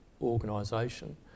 organisation